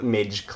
Midge